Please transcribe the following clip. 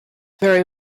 very